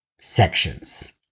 sections